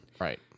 Right